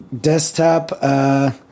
desktop